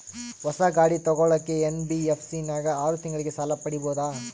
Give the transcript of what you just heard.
ಹೊಸ ಗಾಡಿ ತೋಗೊಳಕ್ಕೆ ಎನ್.ಬಿ.ಎಫ್.ಸಿ ನಾಗ ಆರು ತಿಂಗಳಿಗೆ ಸಾಲ ಪಡೇಬೋದ?